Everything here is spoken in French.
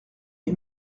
est